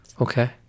Okay